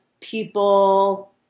people